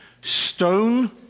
stone